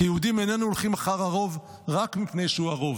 כיהודים איננו הולכים אחר הרוב רק מפני שהוא הרוב.